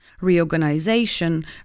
Reorganization